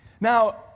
Now